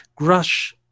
Grush